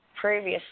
previously